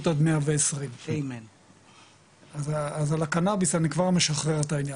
עד 120. אז על הקנאביס אני משחרר את העניין,